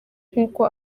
nkuko